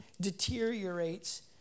deteriorates